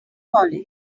college